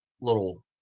little